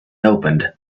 opened